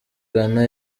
ghana